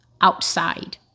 outside